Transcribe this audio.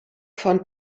von